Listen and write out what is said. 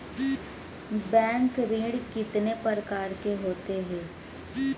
Bank ऋण कितने परकार के होथे ए?